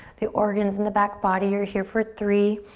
the organs in the back body. you're here for three.